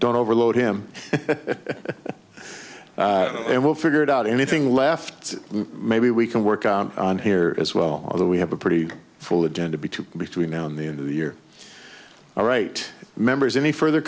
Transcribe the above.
don't overload him and we'll figure it out anything left maybe we can work out on here as well although we have a pretty full agenda between between now and the end of the year all right members any further